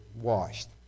washed